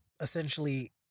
essentially